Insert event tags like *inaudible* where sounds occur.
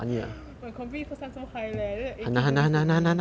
*noise* my compre first time so high leh then the A_Q do this to me